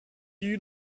you